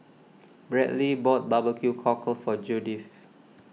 Bradly bought Barbecue Cockle for Judith